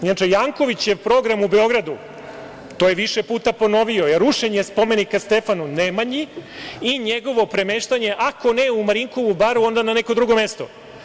Inače, Jankovićev program u Beogradu, to je više puta ponovio, je rušenje spomenika Stefanu Nemanji i njegovo premeštanje, ako ne u Marinkovu baru, onda na neko drugo mesto.